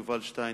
יובל שטייניץ,